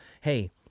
hey